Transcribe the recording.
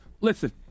Listen